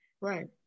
Right